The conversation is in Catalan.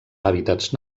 hàbitats